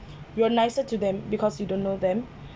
you are nicer to them because you don't know them